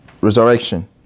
resurrection